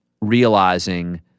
realizing